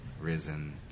risen